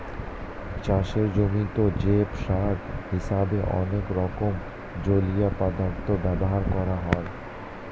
চাষের জমিতে জৈব সার হিসেবে অনেক রকম জলীয় পদার্থ ব্যবহার করা হয়